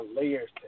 layers